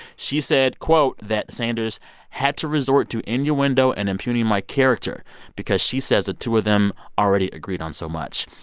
she said, quote, that sanders had to resort to innuendo and impugning my character because she says the two of them already agreed on so much.